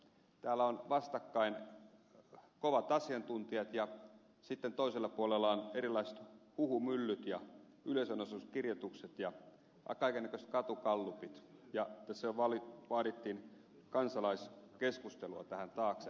täällä ovat vastakkain kovat asiantuntijat ja sitten toisella puolella ovat erilaiset huhumyllyt ja yleisönosastokirjoitukset ja kaiken näköiset katugallupit ja tässä jo vaadittiin kansalaiskeskustelua tähän taakse